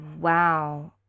Wow